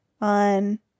on